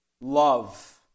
Love